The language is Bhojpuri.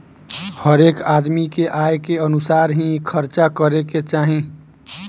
हरेक आदमी के आय के अनुसार ही खर्चा करे के चाही